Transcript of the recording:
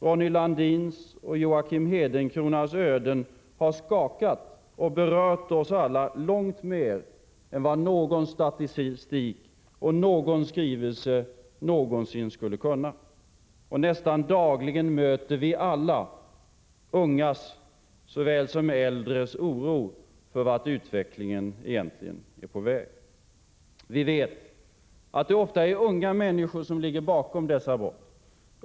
Ronny Landins och Joakim Hedencronas öden har skakat och berört oss alla långt mer än vad någon statistik eller skrivelse någonsin skulle kunna. Och nästan dagligen möter vi alla ungas såväl som äldres oro för vart utvecklingen egentligen är på väg. Vi vet att det ofta är unga människor som ligger bakom dessa brott.